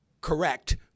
correct